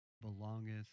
belongeth